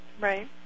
Right